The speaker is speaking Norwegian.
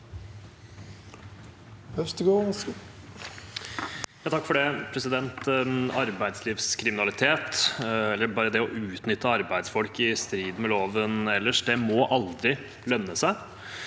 (komite- ens leder): Arbeidslivskriminalitet, eller bare det å utnytte arbeidsfolk i strid med loven ellers, må aldri lønne seg.